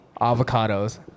avocados